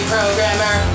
Programmer